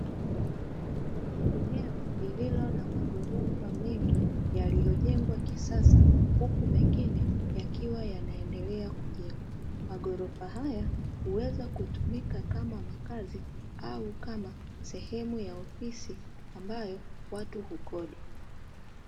Eneo lililo na maghorofa mengi yaliyojengwa kisasa, huku mengine yakiwa yanaendelea kujenga maghorofa haya huweza kutumika kama makazi au kama sehemu ya ofisi ambayo watu hukodi.